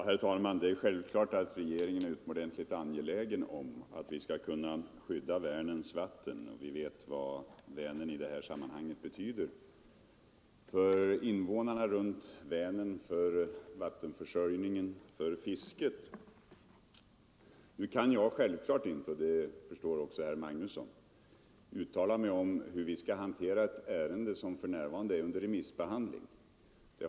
Herr talman! Det är självklart att regeringen är utomordentligt angelägen om att vi skall skydda Vänerns vatten, och vi vet ju vad detta i det här sammanhanget betyder för invånarna runt Vänern, för vattenförsörjningen och för fisket. Emellertid kan jag naturligtvis inte — och det förstår också herr Magnusson — nu uttala mig om hur vi skall hantera ett ärende som för när varande är under remissbehandling.